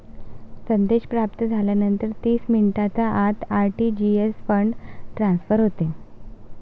संदेश प्राप्त झाल्यानंतर तीस मिनिटांच्या आत आर.टी.जी.एस फंड ट्रान्सफर होते